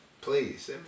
Please